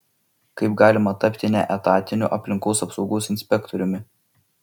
kaip galima tapti neetatiniu aplinkos apsaugos inspektoriumi